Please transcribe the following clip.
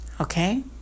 Okay